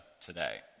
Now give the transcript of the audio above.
today